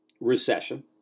recession